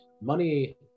Money